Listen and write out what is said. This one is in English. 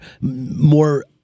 more